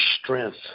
strength